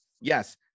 yes